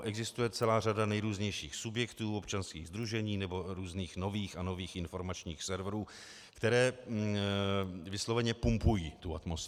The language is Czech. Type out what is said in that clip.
Existuje celá řada nejrůznějších subjektů, občanských sdružení nebo různých nových a nových informačních serverů, které vysloveně pumpují tu atmosféru.